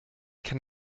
kann